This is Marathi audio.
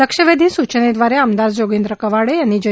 लक्षवेधी सुचनेदवारे आमदार जोगेंद्र कवाडे यांनी जे